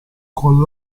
con